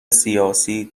سیاسی